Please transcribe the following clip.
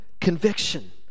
conviction